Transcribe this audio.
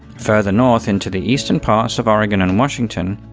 further north into the eastern parts of oregon and washington,